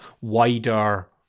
wider